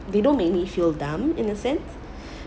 they don't make me feel dumb in a sense